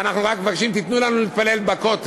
אנחנו רק מבקשים: תנו לנו להתפלל בכותל.